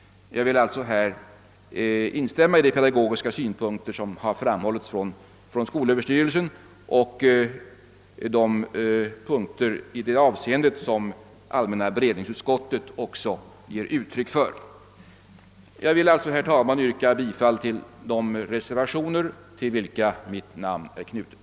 Jag vill här instämma i de pedagogiska synpunkter som framhållits både av skolöverstyrelsen och av allmänna beredningsutskottet. Jag yrkar, herr talman, bifall till de reservationer, till vilka mitt namn är knutet.